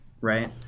right